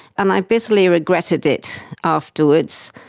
and i bitterly regretted it afterwards.